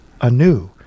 anew